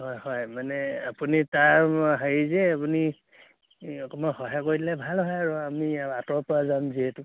হয় হয় মানে আপুনি তাৰ হেৰি যে আপুনি অকমান সহায় কৰি দিলে ভাল হয় আৰু আমি আঁতৰৰ পৰা যাম যিহেতু